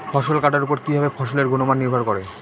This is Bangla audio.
ফসল কাটার উপর কিভাবে ফসলের গুণমান নির্ভর করে?